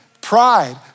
Pride